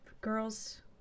girls